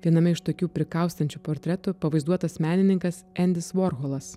viename iš tokių prikaustančių portretų pavaizduotas menininkas endis vorholas